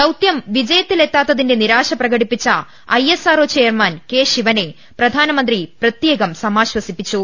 ദൌത്യം വിജ്യത്തിലെത്താത്തതിന്റെ നിരാശ പ്രക ടിപ്പിച്ച ഐഎസ്ആർഒ ചെയർമാൻ കെ ശിവനെ പ്രധാനമന്ത്രി പ്രത്യേകം സമാശ്ർസിപ്പിച്ചു